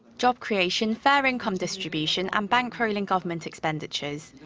job creation, fair income distribution and bankrolling government expenditures.